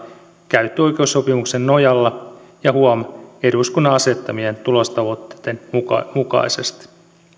käyttöoikeussopimuksen nojalla ja huom eduskunnan asettamien tulostavoitteiden mukaisesti